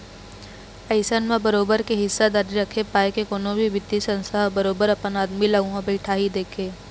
अइसन म बरोबर के हिस्सादारी रखे पाय के कोनो भी बित्तीय संस्था ह बरोबर अपन आदमी ल उहाँ बइठाही देथे